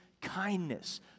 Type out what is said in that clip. kindness